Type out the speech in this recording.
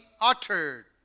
uttered